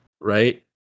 Right